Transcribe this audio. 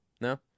no